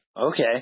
okay